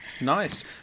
Nice